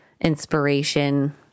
inspiration